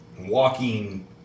walking